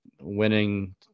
winning